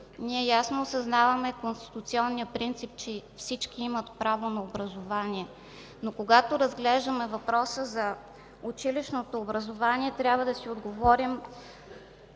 Ние ясно осъзнаваме конституционния принцип, че всички имат право на образование. Когато обаче разглеждаме въпроса за училищното образование, трябва да си отговорим